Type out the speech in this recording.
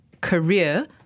career